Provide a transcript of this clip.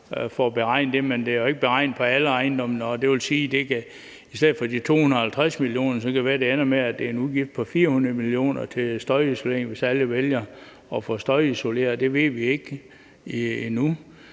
fået beregnet det, men det er jo ikke beregnet på alle ejendomme. Det vil sige, at det i stedet for de 250 mio. kr. kan være, at det ender med, at det er en udgift på 400 mio. kr. til støjisolering, hvis alle vælger at få støjisoleret. Det ved vi ikke endnu.